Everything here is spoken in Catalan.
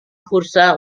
forçar